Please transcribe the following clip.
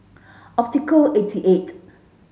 Optical eighty eight